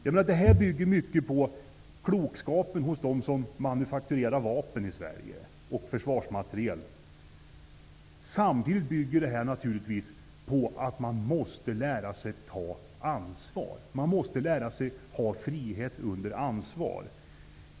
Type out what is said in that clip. Detta bygger mycket på klokskapen hos dem som manufakturerar vapen och försvarsmateriel i Sverige. Samtidigt bygger detta naturligtvis på att man måste lära sig ta ansvar. Man måste lära sig innebörden av frihet under ansvar.